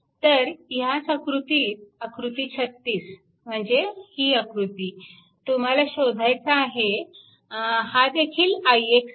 तर ह्याच आकृतीत आकृती 36 म्हणजे ही आकृती तुम्हाला शोधायचा आहे हा देखील ix आहे